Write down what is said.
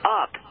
up